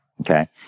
okay